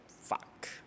fuck